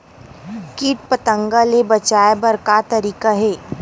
कीट पंतगा ले बचाय बर का तरीका हे?